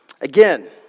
Again